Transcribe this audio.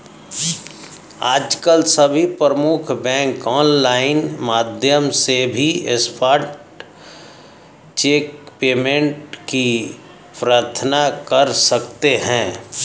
आजकल सभी प्रमुख बैंक ऑनलाइन माध्यम से भी स्पॉट चेक पेमेंट की प्रार्थना कर सकते है